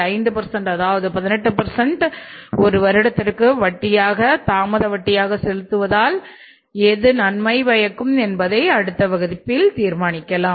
5 அதாவது 18 ஒரு வருடத்திற்கு வட்டியாக தாமத வட்டியாக செலுத்துவதால் எது நன்மை பயக்கும் என்பதை அடுத்த வகுப்பில் தீர்மானிக்கலாம்